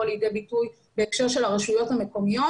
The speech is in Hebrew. לידי ביטוי בהקשר של הרשויות המקומיות,